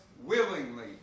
willingly